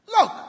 Look